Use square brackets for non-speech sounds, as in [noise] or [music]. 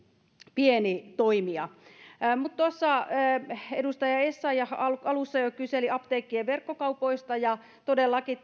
pieni toimija edustaja essayah jo alussa kyseli apteekkien verkkokaupoista ja todellakin [unintelligible]